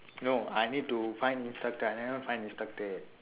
no I need to find instructor I never find instructor yet